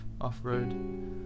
off-road